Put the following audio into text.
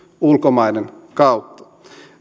ulkomaiden kautta